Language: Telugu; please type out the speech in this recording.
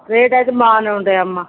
రేట్ అయితే బాగా ఉంటాయి అమ్మ